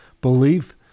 belief